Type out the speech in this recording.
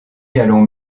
allons